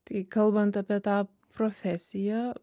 tai kalbant apie tą profesiją